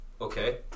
Okay